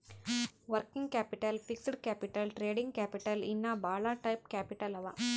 working capital, fixed capital, trading capital ಇನ್ನಾ ಭಾಳ type capital ಅವಾ